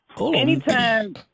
Anytime